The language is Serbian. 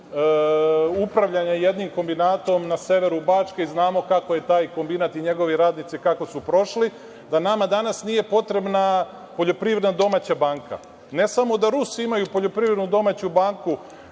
upravljanja jednim kombinatom na severu Bačke, a znamo kako je taj kombinat i njegovi radnici, kako su prošli, da nama danas nije potreban poljoprivredno domaća banka. Ne samo da Rusi imaju poljoprivrednu domaću banku